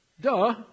duh